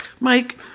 Mike